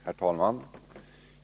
Herr talman!